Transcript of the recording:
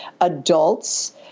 adults